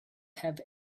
have